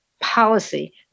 policy